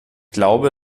glaube